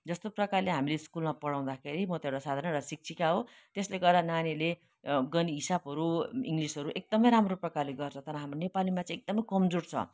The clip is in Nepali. जस्तो प्रकारले हामीले स्कुलमा पढाउँदाखेरि म त एउटा साधारण एउटा शिक्षिका हो त्यसले गर्दा नानीहरूले गनी हिसाबहरू इङ्लिसहरू एकदमै राम्रो प्रकारले गर्छ तर हाम्रो नेपालीमा चाहिँ एकदमै कमजोर छ